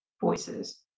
voices